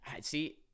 See